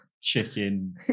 chicken